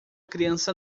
criança